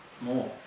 more